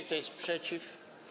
Kto jest przeciw?